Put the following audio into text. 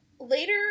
Later